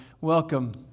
Welcome